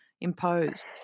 imposed